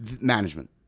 Management